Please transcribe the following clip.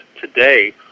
today